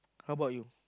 how about you